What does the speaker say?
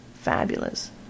fabulous